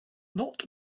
not